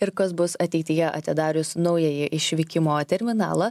ir kas bus ateityje atidarius naująjį išvykimo terminalą